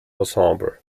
ensemble